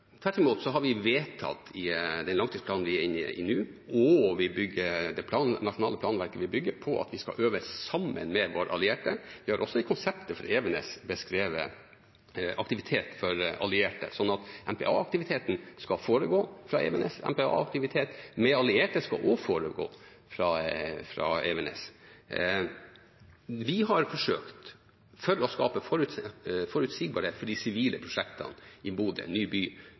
Tvert imot har vi vedtatt i den langtidsplanen vi er inne i nå, og det nasjonale planverket vi bygger på, at vi skal øve sammen med våre allierte. Vi har også i konseptet for Evenes beskrevet aktivitet for allierte. MPA-aktiviteten skal foregå fra Evenes. MPA-aktivitet med allierte skal også foregå fra Evenes. Vi har forsøkt – for å skape forutsigbarhet for de sivile prosjektene i Bodø, ny by,